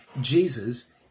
Jesus